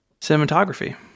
cinematography